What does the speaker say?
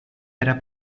era